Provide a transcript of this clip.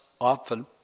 often